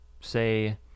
say